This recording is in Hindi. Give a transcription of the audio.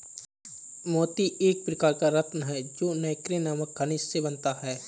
मोती एक प्रकार का रत्न है जो नैक्रे नामक खनिज से बनता है